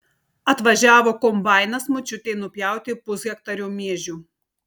atvažiavo kombainas močiutei nupjauti pushektario miežių